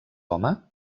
home